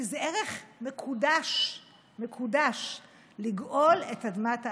כי זה ערך מקודש לגאול את אדמת הארץ.